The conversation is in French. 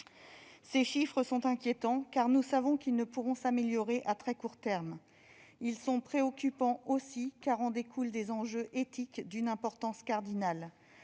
Ces chiffres sont inquiétants, car nous savons qu'ils ne pourront s'améliorer à très court terme. Ils sont préoccupants, aussi, car en découlent des enjeux éthiques d'une importance cardinale.